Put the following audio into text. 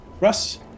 Russ